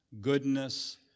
goodness